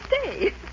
stay